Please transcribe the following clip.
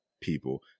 people